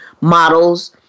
models